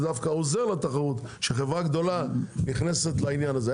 זה דווקא עוזר לתחרות שחברה גדולה נכנסת לעניין הזה.